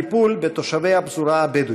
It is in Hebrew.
הטיפול בתושבי הפזורה הבדואית.